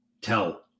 tell